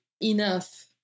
enough